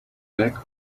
back